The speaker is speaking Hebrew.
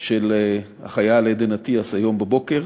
של החייל עדן אטיאס היום בבוקר